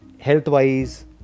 health-wise